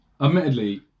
Admittedly